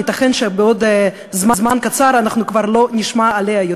ייתכן שבעוד זמן קצר אנחנו כבר לא נשמע עליה,